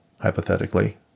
Hypothetically